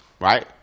right